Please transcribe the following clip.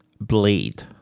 Blade